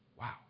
Wow